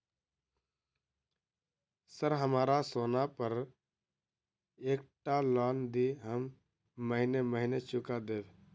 Sir हमरा सोना पर एकटा लोन दिऽ हम महीने महीने चुका देब?